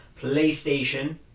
PlayStation